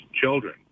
children